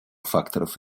факторов